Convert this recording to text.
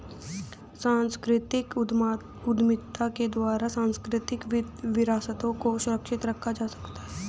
सांस्कृतिक उद्यमिता के द्वारा सांस्कृतिक विरासतों को सुरक्षित रखा जा सकता है